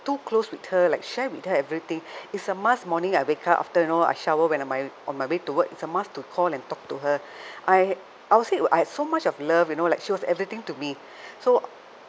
too close with her like share with her everything it's a must morning I wake up after you know I shower when I'm my on my way to work it's a must to call and talk to her I I will say I had so much of love you know like she was everything to me so